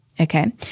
Okay